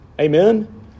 Amen